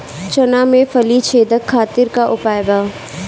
चना में फली छेदक खातिर का उपाय बा?